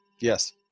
yes